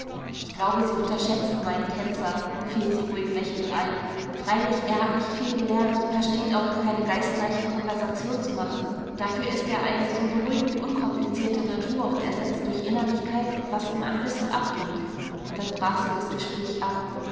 ich glaube sie unterschätzen meinen tänzer fiel sie ruhig lächelnd ein freilich er hat nicht viel gelernt versteht auch keine geistreiche konversation zu machen dafür ist er eine so beruhigend unkomplizierte natur und ersetzt durch innerlichkeit was ihm an wissen abgeht dann brach sie das gespräch ab